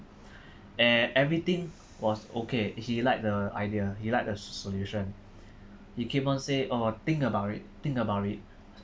and everything was okay he liked the idea he liked the s~ solution he keep on say oh think about it think about it